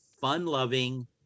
fun-loving